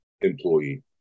employee